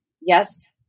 yes